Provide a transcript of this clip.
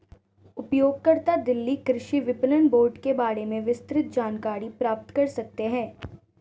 उपयोगकर्ता दिल्ली कृषि विपणन बोर्ड के बारे में विस्तृत जानकारी प्राप्त कर सकते है